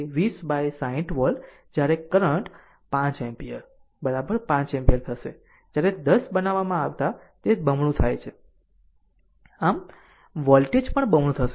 આમ તે 20 by 60 volt જ્યારે કરંટ 5 એમ્પીયર 5 એમ્પીયર થશે જ્યારે 10 બનાવવામાં આવતાં તે બમણું થાય છે આમ વોલ્ટેજ પણ બમણું થશે